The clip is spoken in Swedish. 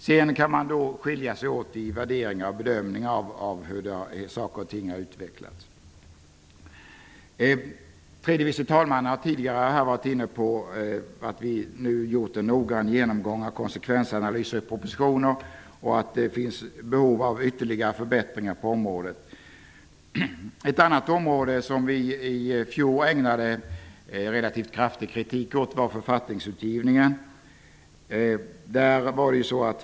Sedan kan man skilja sig i värderingar och bedömningar av hur saker och ting har utvecklats. Tredje vice talmannen har tidigare varit inne på att vi nu har gjort en noggrann genomgång av konsekvensanalyser i propositioner och att det finns behov av ytterligare förbättringar på området. Ett annat område som vi i fjol ägnade relativt kraftig kritik var författningsutgivningen.